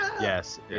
Yes